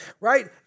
right